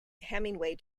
hemingway